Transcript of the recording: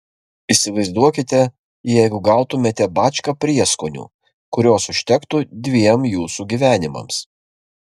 įsivaizduokite jeigu gautumėte bačką prieskonių kurios užtektų dviem jūsų gyvenimams